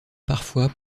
parfois